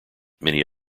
many